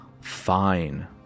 Fine